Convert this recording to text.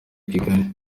kigali